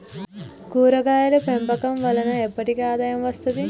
కూరగాయలు పెంపకం వలన ఎప్పటికి ఆదాయం వస్తది